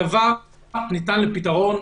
הדבר ניתן לפתרון.